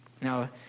Now